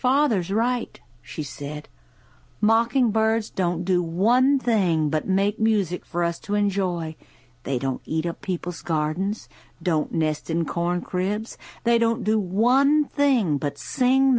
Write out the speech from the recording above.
father's right she said mocking birds don't do one thing but make music for us to enjoy they don't eat up people's gardens don't nest in corn cribs they don't do one thing but saying